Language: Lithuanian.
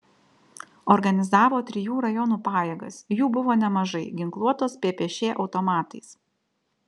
organizavo trijų rajonų pajėgas jų buvo nemažai ginkluotos ppš automatais